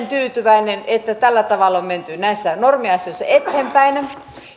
tyytyväisiä että tällä tavalla on menty näissä normiasioissa eteenpäin